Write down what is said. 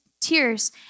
tears